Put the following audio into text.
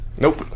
Nope